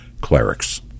Clerics